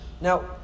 Now